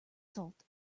salt